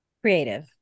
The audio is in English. Creative